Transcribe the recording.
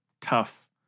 tough